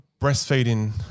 breastfeeding